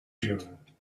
june